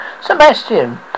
Sebastian